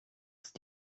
ist